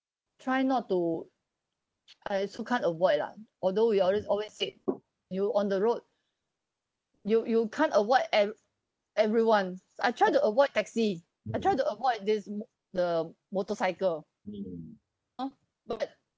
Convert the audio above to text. try not to I also can't avoid lah although we all just always said you on the road you you can't avoid every everyone I try to avoid taxi I try to avoid this the motorcycle know but